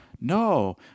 No